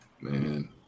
Man